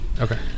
Okay